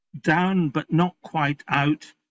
down-but-not-quite-out